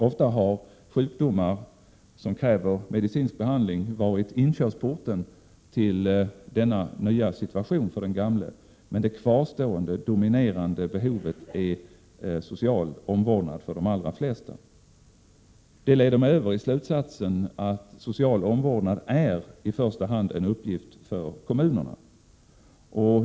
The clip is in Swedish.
Ofta har sjukdomar som krävt medicinsk behandling varit inkörsporten till denna nya situation för den gamle, men det kvarstående dominerande behovet är för de allra flesta social omvårdnad. Detta leder mig till slutsatsen att social omvårdnad i första hand är en uppgift för kommunerna.